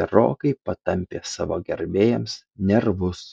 gerokai patampė savo gerbėjams nervus